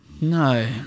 no